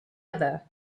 other